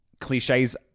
cliches